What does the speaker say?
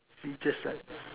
is just like